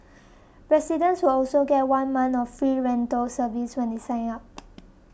residents will also get one month of free rental service when they sign up